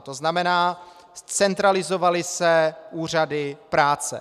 To znamená, centralizovaly se úřady práce.